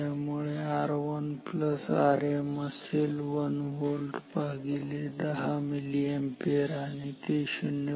त्यामुळे R1Rm असेल 1 volt भागिले 10 मिलीअॅम्पियर आणि ते 0